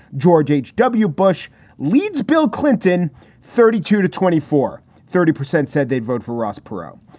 george h w. bush leads bill clinton thirty two to twenty four. thirty percent said they'd vote for ross perot.